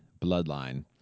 Bloodline